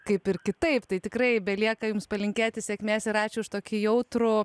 kaip ir kitaip tai tikrai belieka jums palinkėti sėkmės ir ačiū už tokį jautrų